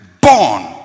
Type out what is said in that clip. Born